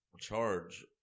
charge